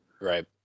Right